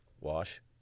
Wash